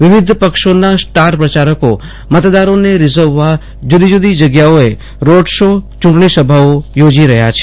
વિવિધ પક્ષોના સ્ટાર પ્રચારકો મતદારોને રીજવવા જુદી જુદી જગ્યાઓએ રોડ શો ચુંટણી સભાઓ યોજી રહ્યા છે